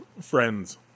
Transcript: friends